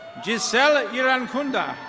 jizel ah iralconda.